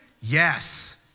Yes